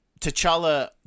T'Challa